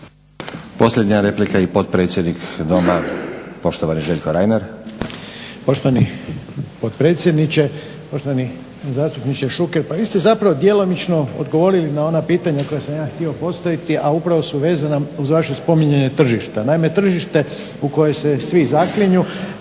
Posljednja replika i potpredsjednik Doma poštovani Željko Reiner. **Reiner, Željko (HDZ)** Poštovani potpredsjedniče, poštovani zastupniče Šuker. Pa vi ste zapravo djelomično odgovorili na ona pitanja koja sam ja htio postaviti, a upravo su vezana uz vaše spominjanje tržišta. Naime, tržište u koje se svi zaklinju